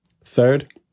Third